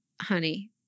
honey